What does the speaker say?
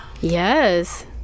yes